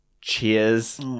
cheers